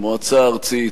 המועצה הארצית,